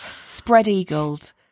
spread-eagled